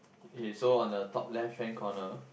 eh so on the top left hand corner